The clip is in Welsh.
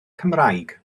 cymraeg